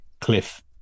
Cliff